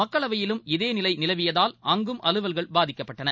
மக்களவையிலும் இதேநிலை நிலவியதால் அங்கும் அலுவல்கள் பாதிக்கப்பட்டன